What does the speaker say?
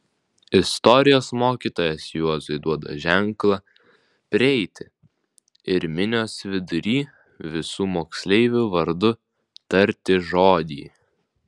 istorijos mokytojas juozui duoda ženklą prieiti ir minios vidury visų moksleivių vardu tarti žodį